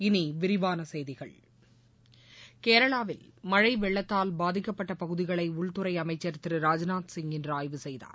இனி விரிவான செய்திகள் கேரளாவில் மழழ வெள்ளத்தால் பாதிக்கப்பட்ட பகுதிகளை உள்துறை அமைச்சர் திரு ராஜ்நாத் சிப் இன்று ஆய்வு செய்தார்